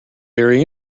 very